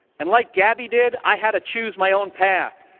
and like gabby did, i had to choose my own path.